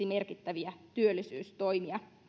merkittäviä työllisyystoimia